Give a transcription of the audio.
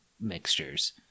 mixtures